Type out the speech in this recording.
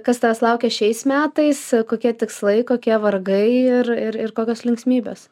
kas tavęs laukia šiais metais kokie tikslai kokie vargai ir ir kokios linksmybės